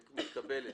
מתקבלת.